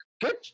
Good